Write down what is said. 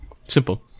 Simple